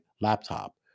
laptop